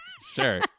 sure